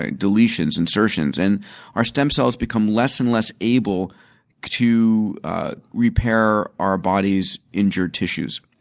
ah deletions, insertions, and our stem cells become less and less able to repair our body's injured tissues.